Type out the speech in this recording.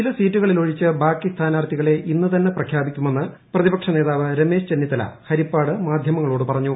ചില സീറ്റുകളിൽ ഒഴിച്ച് ബാക്കി സ്ഥാനാർത്ഥികളെ ഇന്ന് തന്നെ പ്രഖ്യാപിക്കുമെന്ന് പ്രതിപക്ഷ നേതാവ് രമേശ് ചെന്നിത്തല ഹരിപ്പാട് മാധ്യമങ്ങളോട് പറഞ്ഞു